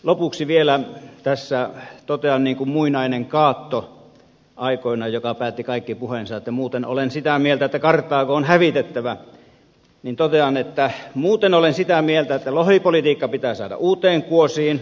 lopuksi vielä tässä totean niin kuin muinainen cato aikoinaan joka päätti kaikki puheensa että muuten olen sitä mieltä että karthago on hävitettävä että muuten olen sitä mieltä että lohipolitiikka pitää saada uuteen kuosiin